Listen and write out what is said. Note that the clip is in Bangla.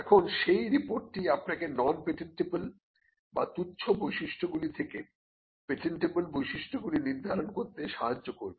এখন এই রিপোর্টটি আপনাকে নন পেটেন্টবল বা তুচ্ছ বৈশিষ্ট্যগুলি থেকে পেটেন্টবল বৈশিষ্ট্যগুলি নির্ধারণ করতে সাহায্য করবে